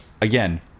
Again